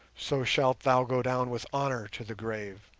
so shalt thou go down with honour to the grave.